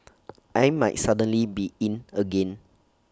I might suddenly be 'in' again